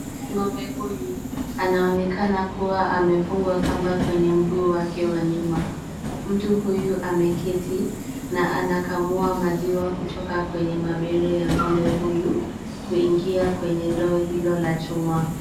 Ng'ombe huyu anaonekana kuwa amefungwa kamba kwenye mguu wake wa nyuma. Mtu huyu ameketi na anakamua maziwa kutoka kwenye mabere ya ng'ombe huyu kuingia kwenye ndoo hilo la chuma.